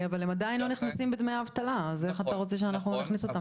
אבל הם עדיין לא נכנסים בדמי האבטלה אז איך אתה רוצה שנכניס אותם?